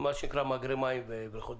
מה שנקרא מאגרי מים ובריכות דגים.